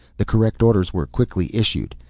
the correct orders were quickly issued.